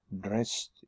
dressed